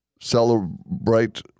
celebrate